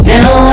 Now